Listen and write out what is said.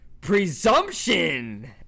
Presumption